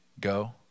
Go